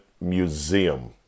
Museum